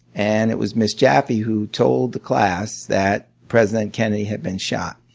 and it was miss jaffee who told the class that president kennedy had been shot.